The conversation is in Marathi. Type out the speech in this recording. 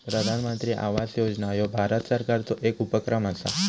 प्रधानमंत्री आवास योजना ह्यो भारत सरकारचो येक उपक्रम असा